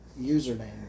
username